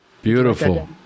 Beautiful